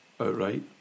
outright